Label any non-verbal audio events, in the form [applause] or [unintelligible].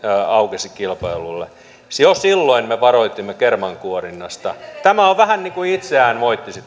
aukesi kilpailulle jo silloin me varoitimme kermankuorinnasta tämä teidän välikysymyksenne on vähän niin kuin itseään moittisi [unintelligible]